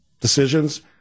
decisions